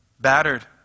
battered